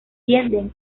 tienden